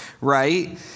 right